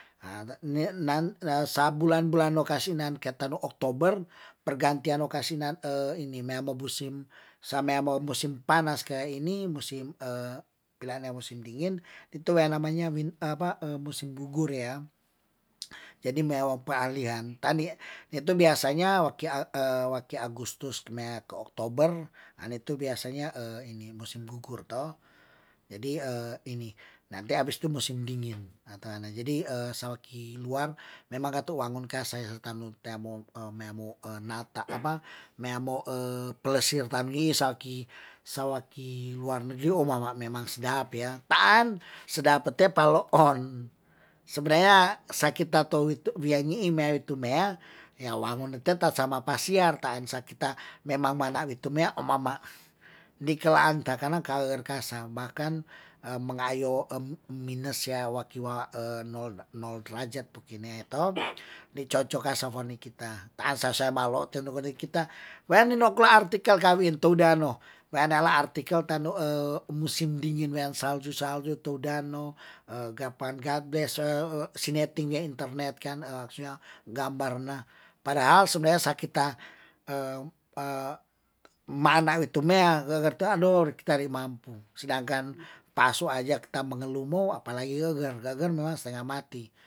Na sabulan bulan no kasianan ke tonu oktober, pergantian oka sinan ini mea bobusin samea mo busin panas ke ini musim pilane musim dingin itu wean namanya apa musim gugur ya, jadi mea wa pa'alian tani itu biasanya waki waki agustus ke mea ke oktober an itu biasanya musim gugur toh, jadi ini nanti abis itu musim dingin na tuana jadi sawaki luar memang katu wangun kasaya tanu meamo nata apa meamo pelesir tanwi saki, sawaki luar negeri oh mama memang sadapya taan sedap pe te paloon. Sebenarnya sakitato witu wiyaini imewi tumeya ya wangon ne te tasama pasiar taan sakita memang manawi tumea oh mama, dikelanta karna laker kasa makan mengayo mines ya waki wa nol derajat pukine to, dicocoka safonikita taasa sa balo' te nuguni kita, wayarni no ku la artikel kaoin tu darno wanea la artikel tanu musim dingin wean salju- salju tu darno gapan godbless si neting ya internet kan maksudnya gambarna padahal sebenarnya sakita manawi tumea gegerte aduh riki tare mampu sedangkan pasu ajak ta mengeluh mo apalagi geger, geger memang stenga mati.